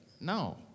No